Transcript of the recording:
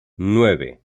nueve